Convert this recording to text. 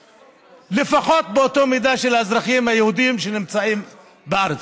לפחות באותה מידה כמו לאזרחים היהודים שנמצאים בארץ,